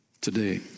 Today